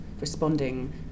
responding